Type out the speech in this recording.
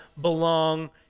belong